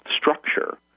structure